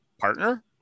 partner